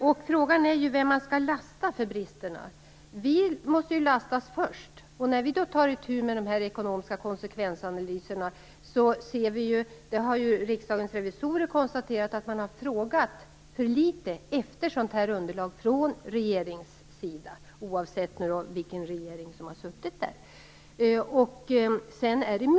Frågan är vem man skall lasta för bristerna. Vi i riksdagen måste lastas först. När vi tar itu med de ekonomiska konsekvensanalyserna ser vi att man har frågat för litet efter sådant här underlag från regeringen - oavsett vilken regering som har suttit. Detta har Riksdagens revisorer konstaterat.